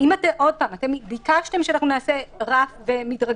ביקשתם שנעשה סף ומדרגים.